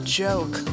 joke